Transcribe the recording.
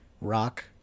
rock